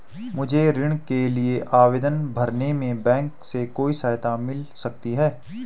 मुझे ऋण के लिए आवेदन भरने में बैंक से कोई सहायता मिल सकती है?